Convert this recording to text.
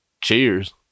Cheers